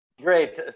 Great